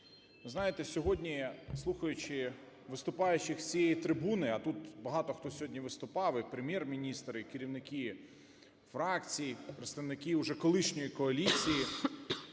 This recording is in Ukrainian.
знаєте, сьогодні, слухаючи виступаючих з цієї трибуни, а тут багато хто сьогодні виступав: і Прем'єр-міністр, і керівники фракцій представники уже колишньої коаліції,